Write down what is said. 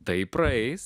tai praeis